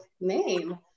name